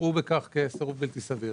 יראו בכך כסירוב בלתי סביר.